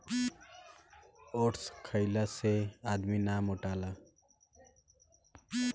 oats खाए से आदमी ना मोटाला